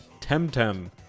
Temtem